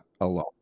alone